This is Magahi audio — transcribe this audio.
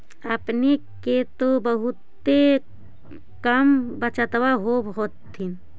अपने के तो बहुते कम बचतबा होब होथिं?